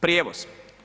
Prijevoz.